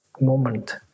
moment